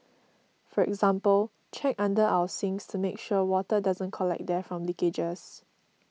for example check under our sinks to make sure water doesn't collect there from leakages